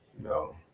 no